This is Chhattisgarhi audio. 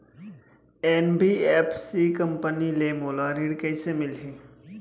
एन.बी.एफ.सी कंपनी ले मोला ऋण कइसे मिलही?